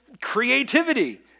creativity